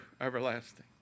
everlasting